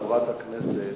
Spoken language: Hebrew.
חברת הכנסת,